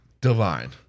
divine